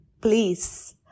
please